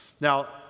Now